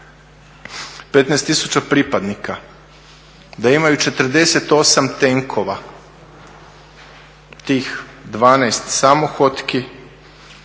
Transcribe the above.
tisuća pripadnika, da imaju 48 tenkova, tih 12 samohotki.